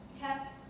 kept